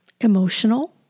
emotional